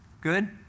Good